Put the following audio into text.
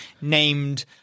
named